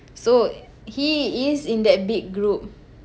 so he is in that big group